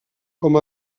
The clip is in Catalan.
com